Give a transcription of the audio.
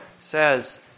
says